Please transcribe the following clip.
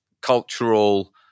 cultural